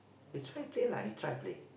you try play lah you try play